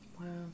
Wow